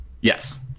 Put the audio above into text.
Yes